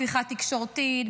הפיכה תקשורתית,